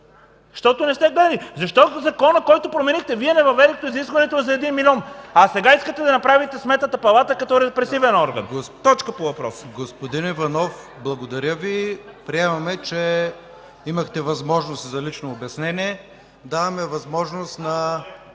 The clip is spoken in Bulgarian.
Защото не сте гледали! Защо в Закона, който променихте, Вие не въведохте изискването за 1 милион? А сега искате да направите Сметната палата като репресивен орган. Точка по въпроса! ПРЕДСЕДАТЕЛ ИВАН ИВАНОВ: Господин Иванов, благодаря Ви. Приемам, че имахте възможност за лично обяснение. Давам възможност на